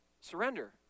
surrender